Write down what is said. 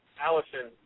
Allison